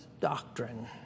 doctrine